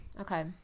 okay